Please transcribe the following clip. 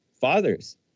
Fathers